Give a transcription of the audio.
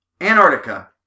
Antarctica